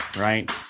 right